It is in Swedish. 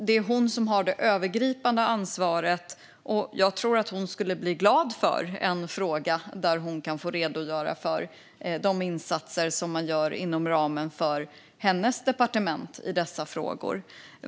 Det är hon som har det övergripande ansvaret, och jag tror att hon skulle bli glad för en fråga som gav henne möjlighet att redogöra för de insatser som görs i dessa frågor inom ramen för hennes departement.